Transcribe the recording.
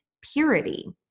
purity